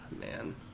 man